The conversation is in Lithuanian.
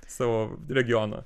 savo regioną